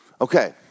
okay